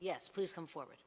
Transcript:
yes please come forward